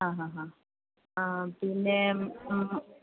ആ ആ ആ ആ പിന്നെ